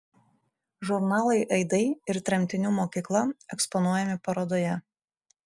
žurnalai aidai ir tremtinių mokykla eksponuojami parodoje